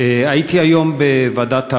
הייתי היום בוועדת העוני,